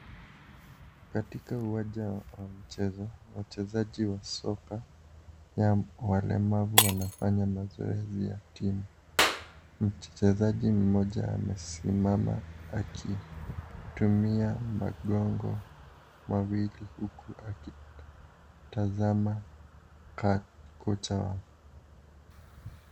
Katika uwanja wa michezo, wachezaji wa soka, ya walemavu, wanafanya mazoezi ya timu. Mchezaji mmoja amesimama akitumia magongo mawili, huku akitazama ka kocha wao.